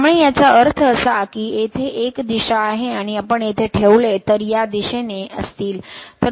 त्यामुळे त्याचा अर्थ असा की येथे एक दिशा आहे आणि आपण येथे ठेवले तर या दिशेने असतील